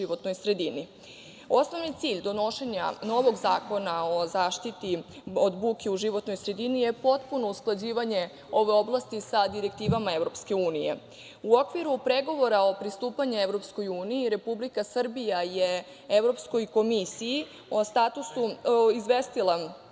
bukom u životnoj sredini. Osnovni cilj donošenja novog zakona o zaštiti od buke u životnoj sredini je potpuno usklađivanje ove oblasti sa direktivama EU.U okviru pregovora o pristupanju EU, Republika Srbija je izvestila Evropsku komisiju o usklađenosti